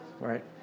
right